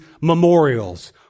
memorials